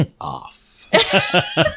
off